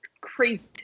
crazy